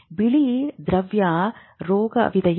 ಬಿಳಿ ದ್ರವ್ಯ ರೋಗವಿದೆಯೇ